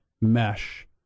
mesh